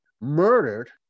murdered